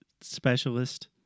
specialist